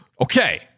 okay